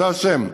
זה השם.